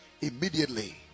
immediately